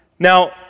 Now